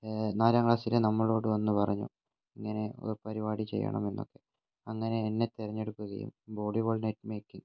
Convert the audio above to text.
നാലാം ക്ലാസ്സിലെ നമ്മളോട് വന്ന് പറഞ്ഞു ഇങ്ങനെ പരിപാടി ചെയ്യണമെന്നൊക്കെ അങ്ങനെ എന്നെ തിരഞ്ഞെടുക്കുകയും വോളിബോൾ നെറ്റ് മേക്കിങ്ങ്